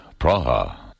Praha